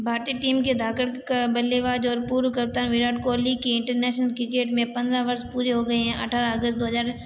भारतीय टीम के धाकड़ बल्लेबाज और पूर्व करता विराट कोहली की इंटरनेशनल क्रिकेट में पंद्रह वर्ष पूरे हो गए हैं अट्ठारह अगस्त दो हजार